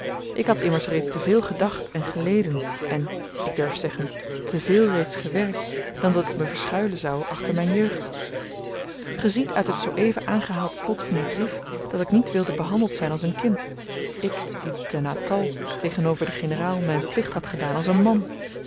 ik had immers reeds te veel gedacht en geleden en ik durf zeggen te veel reeds gewerkt dan dat ik me verschuilen zou achter myn jeugd ge ziet uit het zoo-even aangehaald slot van dien brief dat ik niet wilde behandeld zyn als een kind ik die te natal tegenover den generaal myn plicht had gedaan als een man